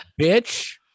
bitch